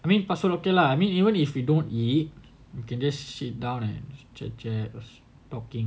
I mean password okay lah I mean even if we don't eat you can just sit down and chat chat or talking